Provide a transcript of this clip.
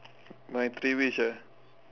my three wish ah